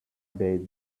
bade